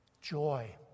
joy